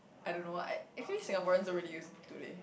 I don't know I actually Singaporeans already use today